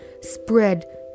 spread